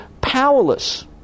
powerless